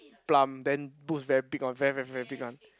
plump then boobs very big on very very big one